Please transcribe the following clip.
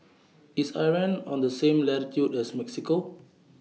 IS Iran on The same latitude as Mexico